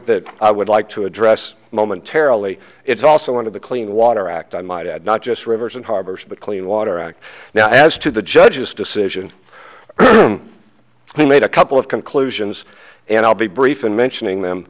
that i would like to address momentarily it's also one of the clean water act i might add not just rivers and harbors but clean water act now as to the judge's decision he made a couple of conclusions and i'll be brief in mentioning them